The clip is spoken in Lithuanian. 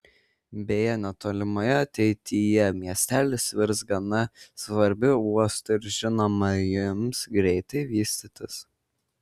beje netolimoje ateityje miestelis virs gana svarbiu uostu ir žinoma ims greitai vystytis